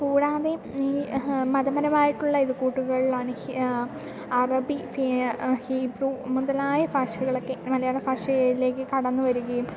കൂടാതെ ഈ മതപരമായിട്ടുള്ള ഇത് കൂട്ടുകളിലാണ് അറബിക് ഹീബ്രൂ മുതലായ ഭാഷകളൊക്കെ മലയാള ഭാഷയിലേക്കു കടന്നു വരികയും